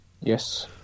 Yes